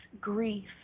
grief